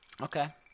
Okay